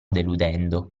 deludendo